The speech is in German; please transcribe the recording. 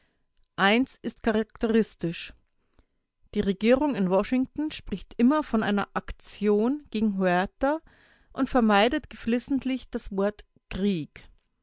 eins ist charakteristisch die regierung in washington spricht immer von einer aktion gegen huerta und vermeidet geflissentlich das wort krieg